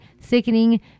sickening